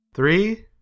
Three